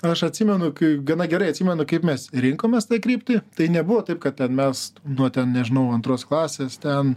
aš atsimenu kai gana gerai atsimenu kaip mes rinkomės kryptį tai nebuvo taip kad ten mes nuo ten nežinau antros klasės ten